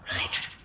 Right